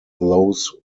those